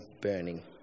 burning